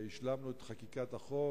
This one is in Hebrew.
הרי השלמנו את חקיקת החוק.